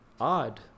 odd